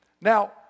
Now